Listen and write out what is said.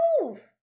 move